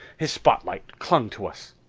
his spotlight clung to us.